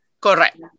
correct